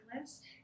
list